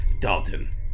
Dalton